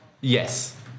Yes